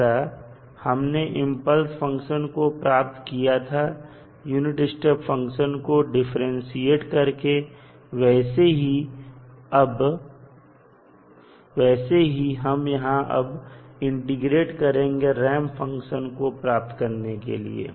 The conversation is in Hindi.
जैसा हमने इंपल्स फंक्शन को प्राप्त किया था यूनिट स्टेप फंक्शन को डिफरेंटशिएट करके वैसे ही हम यहां अब इंटीग्रेट करेंगे रैंप फंक्शन को प्राप्त करने के लिए